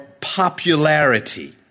popularity